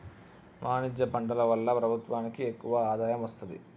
వాణిజ్య పంటల వల్ల ప్రభుత్వానికి ఎక్కువ ఆదాయం వస్తది